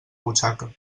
butxaca